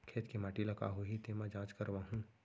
खेत के माटी ल का होही तेमा जाँच करवाहूँ?